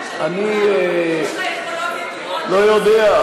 אני לא יודע,